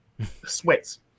sweats